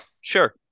Sure